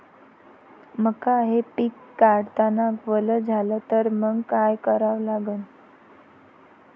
मका हे पिक काढतांना वल झाले तर मंग काय करावं लागन?